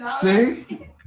See